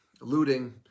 looting